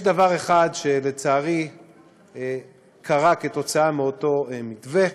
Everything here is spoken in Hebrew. יש דבר אחד שלצערי קרה בשל אותו מתווה: